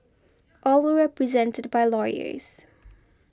all were represented by lawyers